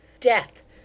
Death